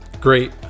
great